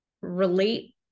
relate